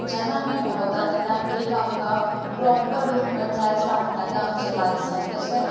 जेन्ना आमी भोंवता तेन्ना एक आमकां प्रोपर डॉकुमेंट जाय आसता म्हणटा तो आमचें लायसन